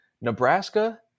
Nebraska